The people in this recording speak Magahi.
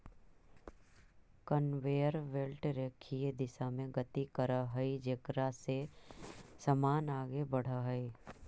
कनवेयर बेल्ट रेखीय दिशा में गति करऽ हई जेकरा से समान आगे बढ़ऽ हई